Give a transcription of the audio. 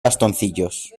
bastoncillos